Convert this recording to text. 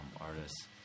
artists